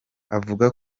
avuga